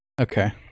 okay